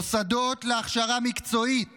מוסדות להכשרה מקצועית